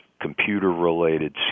computer-related